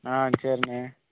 ஆ சரிண்ணே